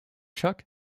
chuck